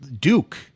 Duke